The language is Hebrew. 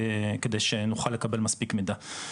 על מנת שנוכל לקבל מספיק מידע.